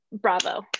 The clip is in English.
bravo